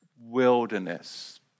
wilderness